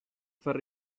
far